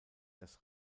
dass